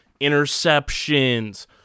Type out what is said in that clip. interceptions